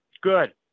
Good